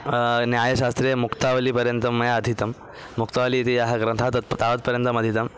न्यायशास्त्रे मुक्तावलिपर्यन्तं मया अधीतं मुक्तावली इति याः ग्रन्थः तत् तावत्पर्यन्तम् अधीतं